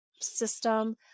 system